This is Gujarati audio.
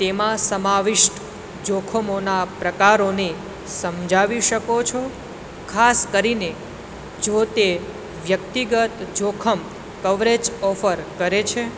તેમાં સમાવિષ્ટ જોખમોના પ્રકારોને સમજાવી શકો છો ખાસ કરીને જો તે વ્યક્તિગત જોખમ કવરેજ ઓફર કરે છે